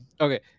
okay